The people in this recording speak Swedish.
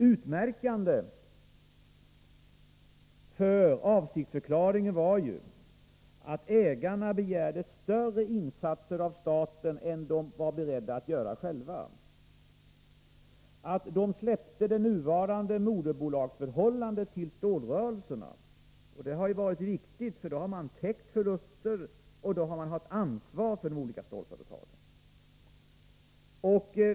Utmärkande för avsiktsförklaringen var ju att ägarna begärde större insatser av staten än de var beredda att göra själva och att de släppte det nuvarande moderbolagsförhållandet till stålrörelserna — och det har varit viktigt, för då har man täckt förluster och haft ansvar för de olika stålföretagen.